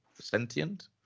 sentient